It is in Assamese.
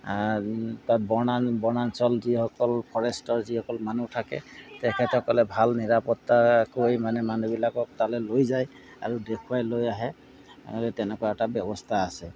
তাত বনা বনাঞ্চল যিসকল ফৰেষ্টৰ যিসকল মানুহ থাকে তেখেতসকলে ভাল নিৰাপত্তা কৰি মানে মানুহবিলাকক তালৈ লৈ যায় আৰু দেখুৱাই লৈ আহে তেনেকুৱা এটা ব্যৱস্থা আছে